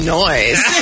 noise